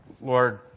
Lord